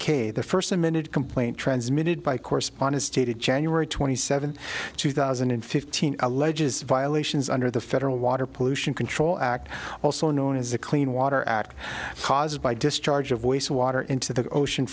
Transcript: k the first amended complaint transmitted by correspondence stated january twenty seventh two thousand and fifteen alleges violations under the federal water pollution control act also known as the clean water act caused by discharge of wastewater into the ocean